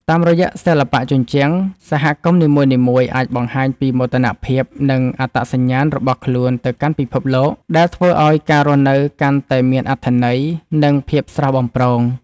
តាមរយៈសិល្បៈជញ្ជាំង សហគមន៍នីមួយៗអាចបង្ហាញពីមោទនភាព និងអត្តសញ្ញាណរបស់ខ្លួនទៅកាន់ពិភពលោក ដែលធ្វើឱ្យការរស់នៅកាន់តែមានអត្ថន័យ និងភាពស្រស់បំព្រង។